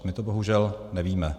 My to bohužel nevíme.